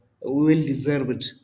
well-deserved